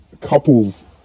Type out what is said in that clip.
couple's